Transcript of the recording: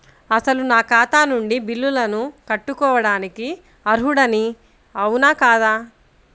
అసలు నా ఖాతా నుండి బిల్లులను కట్టుకోవటానికి అర్హుడని అవునా కాదా?